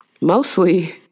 mostly